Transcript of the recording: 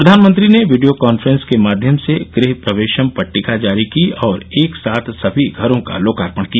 प्रधानमंत्री ने video conference के माध्यम से गृह प्रवेशम पट्टिका जारी की और एक साथ समी घरों का लोकार्पण किया